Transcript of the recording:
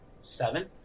Seven